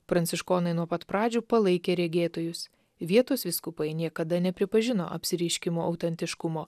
pranciškonai nuo pat pradžių palaikė regėtojus vietos vyskupai niekada nepripažino apsireiškimų autentiškumo